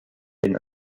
den